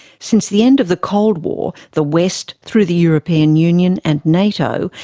since the end of the cold war, the west, through the european union and nato,